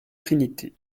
trinité